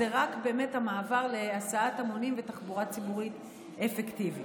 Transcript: זה רק באמת המעבר להסעת המונים ותחבורה ציבורית אפקטיבית.